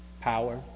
power